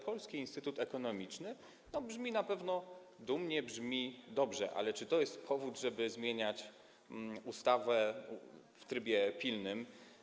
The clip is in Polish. Polski Instytut Ekonomiczny - brzmi na pewno dumnie, brzmi dobrze, ale czy to jest powód, żeby zmieniać ustawę w trybie pilnym?